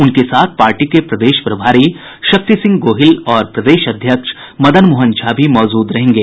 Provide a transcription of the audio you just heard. उनके साथ पार्टी के प्रदेश प्रभारी शक्ति सिंह गोहिल और प्रदेश अध्यक्ष मदन मोहन झा भी मौजूद रहेंगे